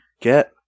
get